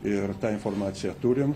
ir tą informaciją turim